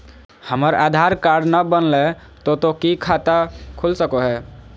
हमर आधार कार्ड न बनलै तो तो की खाता खुल सको है?